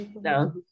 no